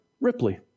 Ripley